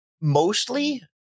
Mostly